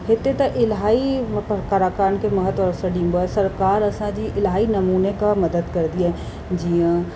हिते त इलाही कलाकारनि खे महत्व असरु ॾिबो आहे सरकार जी इलाही नमूने खां मदद कंदी आहे जीअं